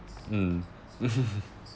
mm